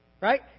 Right